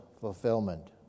fulfillment